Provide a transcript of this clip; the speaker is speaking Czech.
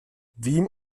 vím